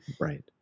right